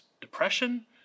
depression